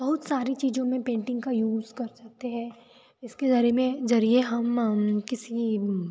बहुत सारी चीज़ों में पेंटिंग का यूज़ कर सकते हैं इसके ज़रे में ज़रिए हम किसी